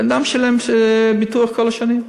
בן-אדם שילם ביטוח כל השנים.